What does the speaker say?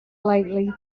lately